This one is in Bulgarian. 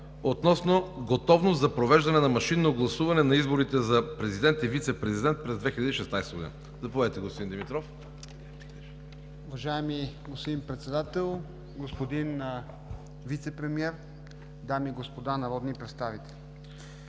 относно готовност за провеждане на машинно гласуване на изборите за президент и вицепрезидент през 2016 г. Заповядайте, господин Димитров. МАРТИН ДИМИТРОВ (РБ): Уважаеми господин Председател, господин Вицепремиер, дами и господа народни представители!